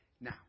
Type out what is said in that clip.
now